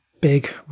big